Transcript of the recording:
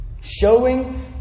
Showing